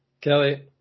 Kelly